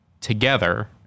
together